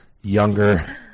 younger